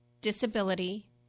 disability –